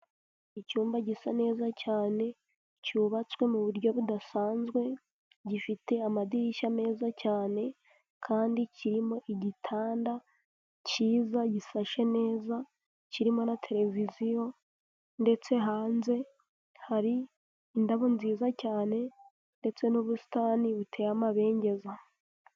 Icyumba gisa neza cyane cyubatswe mu buryo budasanzwe, gifite amadirishya meza cyane kandi kirimo igitanda kiza gisashe neza, kirimo na televiziyo ndetse hanze hari indabo nziza cyane ndetse n'ubusitani buteye amabengeza.